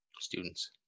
Students